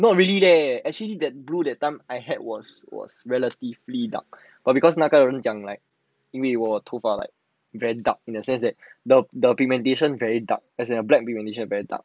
not really leh actually that blue that time I had was was relatively dark but because 那个人讲 like 因为我头发 like very dark in the sense that the documentation very dark as in the black very dark